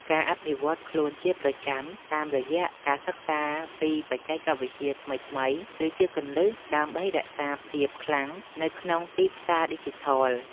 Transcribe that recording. ការអភិវឌ្ឍខ្លួនជាប្រចាំតាមរយៈការសិក្សាពីបច្ចេកវិទ្យាថ្មីៗគឺជាគន្លឹះដើម្បីរក្សាភាពខ្លាំងនៅក្នុងទីផ្សារឌីជីថល។